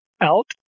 out